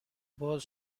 باز